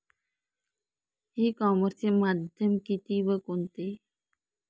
E कॉमर्सचे माध्यम किती व कोणते?